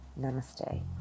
Namaste